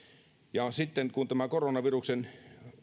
sitten kun tämä koronaviruksen